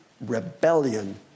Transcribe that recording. rebellion